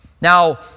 Now